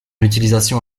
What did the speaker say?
utilisation